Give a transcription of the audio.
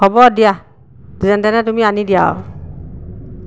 হ'ব দিয়া যেনে তেনে তুমি আনি দিয়া আৰু